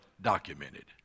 documented